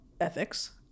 ethics